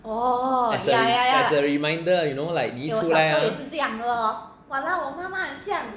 as a as a reminder you know like 你一出来啊